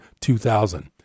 2000